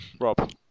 Rob